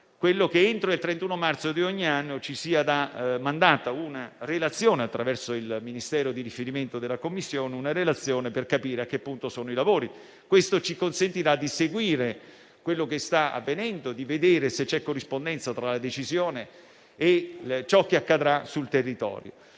che entro il 31 marzo di ogni anno ci sia mandata una relazione, attraverso il Ministero di riferimento della Commissione, per capire a che punto sono i lavori. Questo ci consentirà di seguire ciò che sta avvenendo e di vedere se c'è corrispondenza tra la decisione e ciò che accadrà sul territorio.